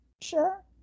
sure